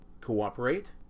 cooperate